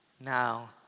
Now